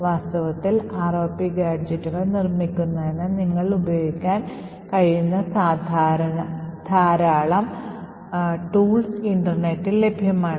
വാസ്തവത്തിൽ ROP ഗാഡ്ജെറ്റുകൾ നിർമ്മിക്കുന്നതിന് നിങ്ങൾക്ക് ഉപയോഗിക്കാൻ കഴിയുന്ന ധാരാളം ഉപകരണങ്ങൾ ഇൻറർനെറ്റിൽ ലഭ്യമാണ്